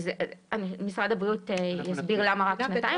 ומשרד הבריאות יסביר למה רק שנתיים